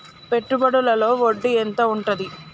పెట్టుబడుల లో వడ్డీ ఎంత ఉంటది?